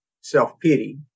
self-pity